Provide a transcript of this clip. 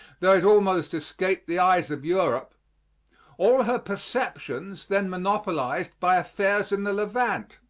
tho it almost escaped the eyes of europe all her perceptions then monopolized by affairs in the levant.